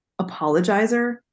apologizer